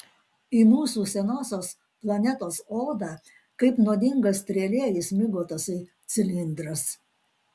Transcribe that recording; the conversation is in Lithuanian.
į mūsų senosios planetos odą kaip nuodinga strėlė įsmigo tasai cilindras